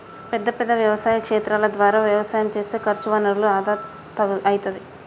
పెద్ద పెద్ద వ్యవసాయ క్షేత్రాల ద్వారా వ్యవసాయం చేస్తే ఖర్చు వనరుల ఆదా అయితది